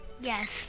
Yes